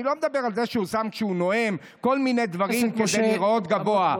אני לא מדבר על זה שכשהוא נואם הוא שם כל מיני דברים כדי להיראות גבוה.